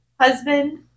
husband